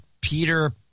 Peter